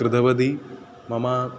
कृतवती मम